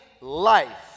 life